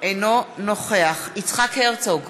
אינו נוכח יצחק הרצוג,